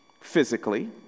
physically